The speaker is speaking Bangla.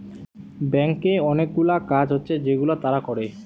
ব্যাংকে অনেকগুলা কাজ হচ্ছে যেগুলা তারা করে